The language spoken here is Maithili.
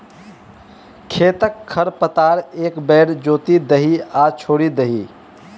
खेतक खर पतार एक बेर जोति दही आ छोड़ि दही